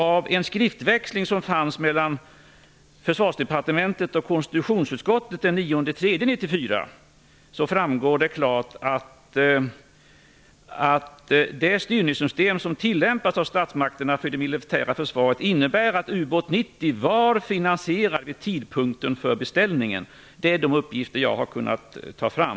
Av en skriftväxling mellan Försvarsdepartementet och konstitutionsutskottet den 9 mars 1994 framgår klart att det styrningssystem som tillämpats av statsmakterna för det militära försvaret innebär att ubåt 90 var finansierad vid tidpunkten för beställningen. Det är de uppgifter som jag har kunnat ta fram.